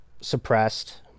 suppressed